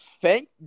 thank